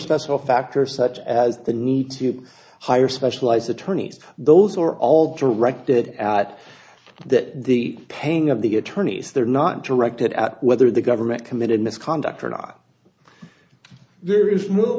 special factors such as the need to hire specialized attorneys those are all directed at that the pain of the attorneys they're not directed at whether the government committed misconduct or nah there is no